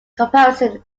comparison